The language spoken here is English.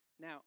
Now